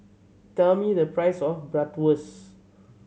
tell me the price of Bratwurst